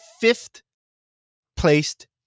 fifth-placed